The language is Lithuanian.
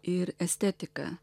ir estetika